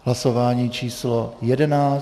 Hlasování číslo 11.